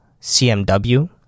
CMW